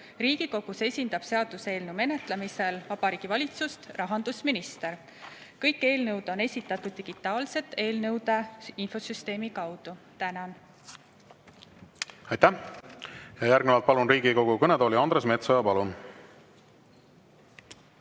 Riigikogus esindab seaduseelnõu menetlemisel Vabariigi Valitsust rahandusminister. Kõik eelnõud on esitatud digitaalselt eelnõude infosüsteemi kaudu. Tänan! Aitäh! Järgnevalt palun Riigikogu kõnetooli Andres Metsoja. Palun!